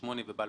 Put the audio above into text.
ב-2008 וב-2011.